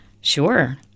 Sure